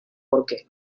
porque